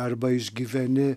arba išgyveni